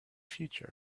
future